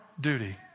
duty